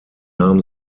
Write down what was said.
nahm